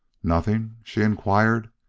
nothing? she inquired.